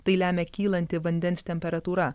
tai lemia kylanti vandens temperatūra